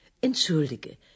Entschuldige